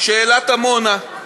שאלת עמונה,